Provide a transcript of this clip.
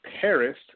Paris